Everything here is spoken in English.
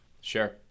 Sure